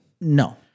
No